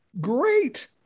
Great